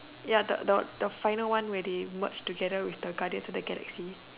ya the the the final one where they merge together with the Guardians of the Galaxy